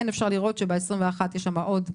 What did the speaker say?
כן אפשר לראות שב-21 יש עוד עלייה,